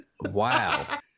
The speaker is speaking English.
Wow